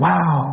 Wow